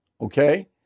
okay